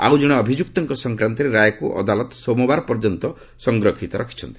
ଆଉ ଜଣେ ଅଭିଯ୍ରକ୍ତଙ୍କ ସଂକ୍ରାନ୍ତରେ ରାୟକ୍ତ ଅଦାଲତ ସୋମବାର ପର୍ଯ୍ୟନ୍ତ ସଂରକ୍ଷିତ ରଖିଛନ୍ତି